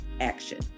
action